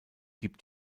gibt